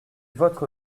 votre